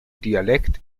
dialekt